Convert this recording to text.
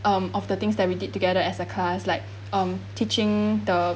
um of the things that we did together as a class like um teaching the